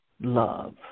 love